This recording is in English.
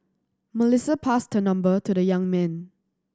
Melissa passed her number to the young man